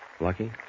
Lucky